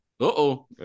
Uh-oh